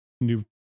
new